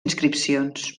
inscripcions